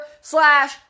slash